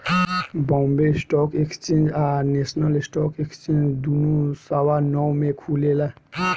Bombay stock exchange आ national stock exchange दुनो सवा नौ में खुलेला